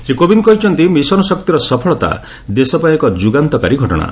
ଶ୍ରୀ କୋବିନ୍ଦ କହିଛନ୍ତି ମିଶନଶକ୍ତିର ସଫଳତା ଦେଶ ପାଇଁ ଏକ ଯୁଗାନ୍ତକାରୀ ଘଟଣା